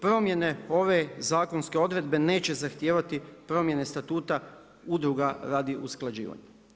Promjene ove zakonske odredbe neće zahtijevati promjene statuta udruga radi usklađivanja.